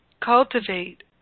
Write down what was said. cultivate